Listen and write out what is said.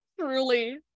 Truly